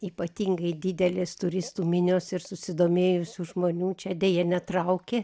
ypatingai didelės turistų minios ir susidomėjusių žmonių čia deja netraukia